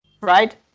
right